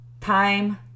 time